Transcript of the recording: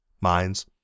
mines